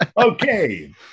Okay